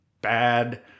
bad